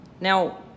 Now